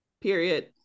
Period